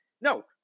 no